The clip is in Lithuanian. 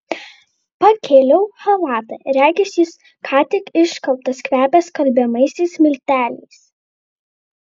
pakėliau chalatą regis jis ką tik išskalbtas kvepia skalbiamaisiais milteliais